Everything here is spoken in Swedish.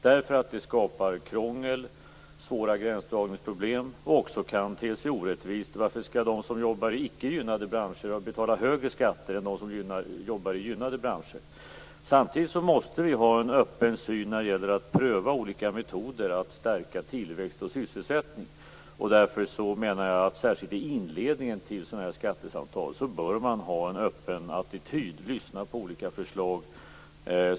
Det skapar krångel och svåra gränsdragningsproblem. Det kan också te sig orättvist: Varför skall de som jobbar i icke gynnade branscher betala högre skatter än de som jobbar i gynnade branscher? Samtidigt måste vi ha en öppen syn när det gäller att pröva olika metoder att stärka tillväxt och sysselsättning. Därför menar jag att man, särskilt i inledningen till sådana här skattesamtal, bör ha en öppen attityd och lyssna på olika förslag.